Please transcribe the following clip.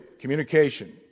communication